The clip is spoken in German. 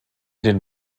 den